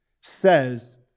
says